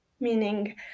Meaning